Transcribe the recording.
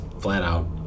flat-out